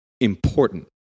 important